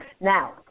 Now